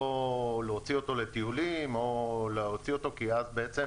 לא להוציא אותו לטיולים, כי אז בעצם